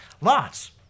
Lots